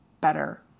better